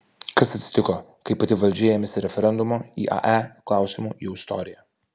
kas atsitiko kai pati valdžia ėmėsi referendumo iae klausimu jau istorija